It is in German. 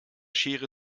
schere